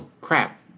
crap